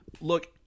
look